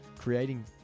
creating